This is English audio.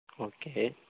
okay